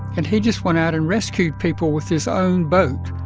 and he just went out and rescued people with his own boat.